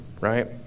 right